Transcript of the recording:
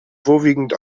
vorwiegend